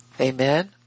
Amen